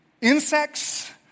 insects